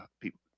people